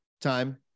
time